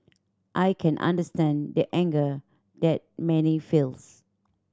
I can understand the anger that many feels